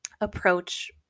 approach